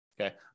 okay